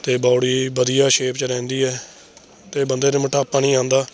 ਅਤੇ ਬੌਡੀ ਵਧੀਆ ਸ਼ੇਪ 'ਚ ਰਹਿੰਦੀ ਹੈ ਅਤੇ ਬੰਦੇ 'ਤੇ ਮੋਟਾਪਾ ਨਹੀਂ ਆਉਂਦਾ